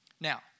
Now